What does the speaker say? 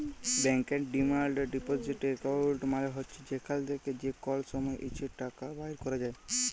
ব্যাংকের demand deposit account মালে হছে যেখাল থ্যাকে যে কল সময় ইছে টাকা বাইর ক্যরা যায়